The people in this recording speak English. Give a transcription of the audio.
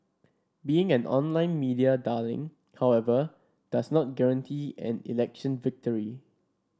being an online media darling however does not guarantee an election victory